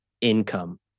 income